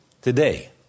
Today